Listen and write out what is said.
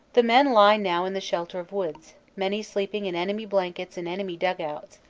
the men lie now in the shelter of voods, many sleeping in enemy blankets in enemy dug-outs,